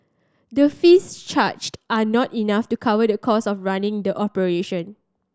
the fees charged are not enough to cover the costs of running the operation